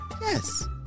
Yes